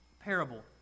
parable